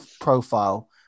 profile